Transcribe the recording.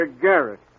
Garrett